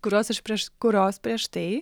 kurios aš prieš kurios prieš tai